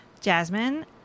Jasmine